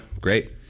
great